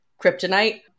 Kryptonite